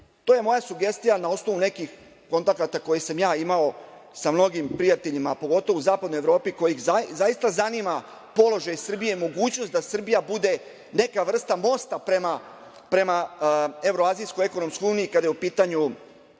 to je moja sugestija na osnovu nekih kontakata koji sam ja imao sa mnogim prijateljima, a pogotovo u Zapadnoj Evropi koje ih zaista zanima položaj Srbije i mogućnost da Srbija bude neka vrsta mosta prema Evroazijskoj ekonomskoj Uniji kada je u pitanju